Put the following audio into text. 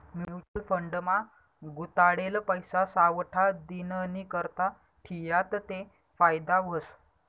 mutual fund मा गुताडेल पैसा सावठा दिननीकरता ठियात ते फायदा व्हस